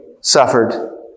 suffered